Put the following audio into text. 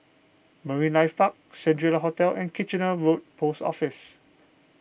Marine Life Park Shangri La Hotel and Kitchener Road Post Office